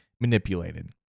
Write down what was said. manipulated